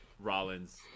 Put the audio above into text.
rollins